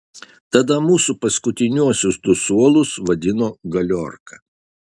tada mūsų paskutiniuosius du suolus vadino galiorka